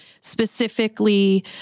specifically